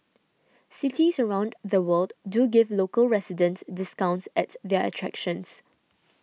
cities around the world do give local residents discounts at their attractions